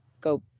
go